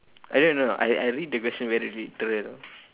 I don't know I I read the question very literal